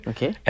Okay